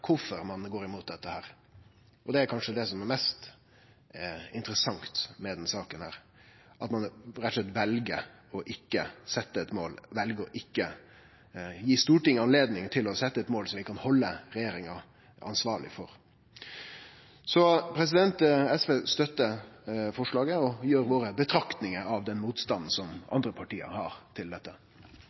ein handlingsplan for. Så viss det er hovudargumentet, er det verkeleg urimeleg, det avslører kanskje kvifor ein går imot dette. Og det er kanskje det som er mest interessant i denne saka – at ein rett og slett vel ikkje å setje eit mål, vel ikkje å gi Stortinget anledning til å setje eit mål som vi kan halde regjeringa ansvarleg for. SV støttar forslaget, og